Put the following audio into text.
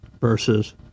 Versus